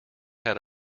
had